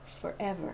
forever